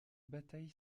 bataille